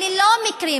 אלה לא מקרים.